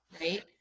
Right